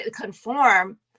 conform